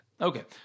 Okay